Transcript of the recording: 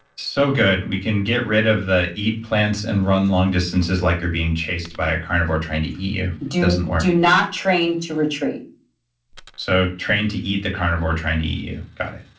so good. we can get rid of the eat plants and run long distances like you're being chased by a carnivore trying to eat you. it doesn't work do not train to retreat so, train to eat the carnivore trying to eat you? got it,